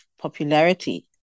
popularity